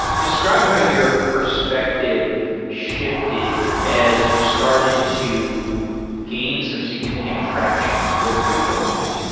describe how your perspective shifted as you started to gain some significant traction with freecodecamp.